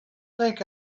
think